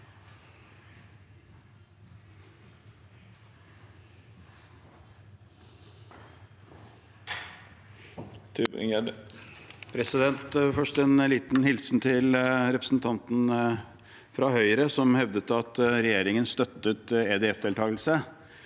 Først en liten hilsen til representanten fra Høyre, som hevdet at regjeringen støttet EDF-deltakelse.